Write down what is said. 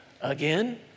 again